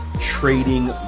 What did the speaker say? trading